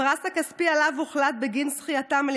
הפרס הכספי שעליו הוחלט בגין זכייתם על